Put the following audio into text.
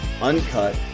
uncut